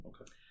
Okay